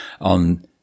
on